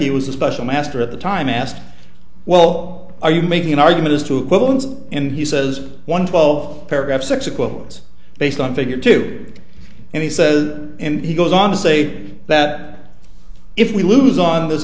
jackie was a special master at the time asked well are you making an argument as to what ones and he says one twelve paragraph six equivalence based on figure two and he says and he goes on to say that if we lose on this